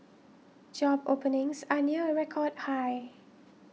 job openings are near a record high